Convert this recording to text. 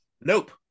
Nope